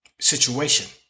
situation